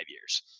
years